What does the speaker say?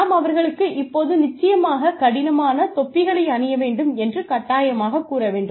நாம் அவர்களுக்கு இப்போது நிச்சயமாக கடினமான தொப்பிகளை அணிய வேண்டும் என்று கட்டாயமாக கூற வேண்டும்